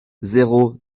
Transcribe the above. zéro